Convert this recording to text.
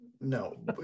No